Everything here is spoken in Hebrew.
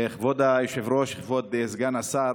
כבוד היושב-ראש, כבוד סגן השר,